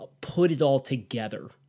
put-it-all-together